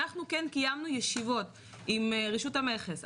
אנחנו קיימנו ישיבות עם רשות המכס.